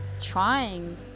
trying